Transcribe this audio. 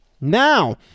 Now